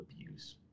abuse